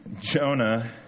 Jonah